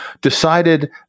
decided